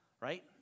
right